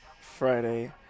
Friday